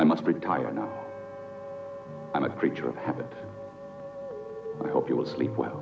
i must retire now i'm a creature of habit i hope you will sleep well